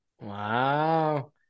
Wow